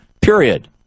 Period